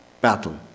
battle